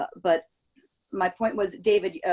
but my point was david,